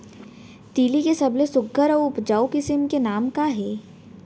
तिलि के सबले सुघ्घर अऊ उपजाऊ किसिम के नाम का हे?